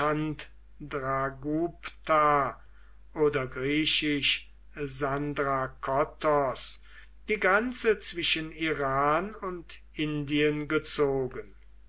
oder griechisch sandrakottos die grenze zwischen iran und indien gezogen